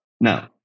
No